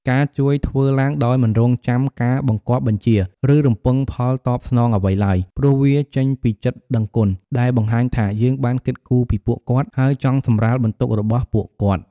ការជួយធ្វើឡើងដោយមិនរង់ចាំការបង្គាប់បញ្ជា ឬរំពឹងផលតបស្នងអ្វីឡើយ ព្រោះវាចេញពីចិត្តដឹងគុណ ដែលបង្ហាញថា យើងបានគិតគូរពីពួកគាត់ ហើយចង់សម្រាលបន្ទុករបស់ពួកគាត់។